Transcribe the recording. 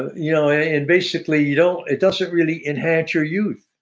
you know and basically you know it doesn't really enhance your youth.